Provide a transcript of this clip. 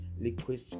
liquid